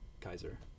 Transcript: Kaiser